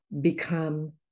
become